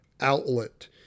outlet